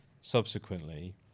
subsequently